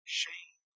shame